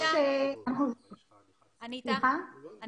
ברשותך, אני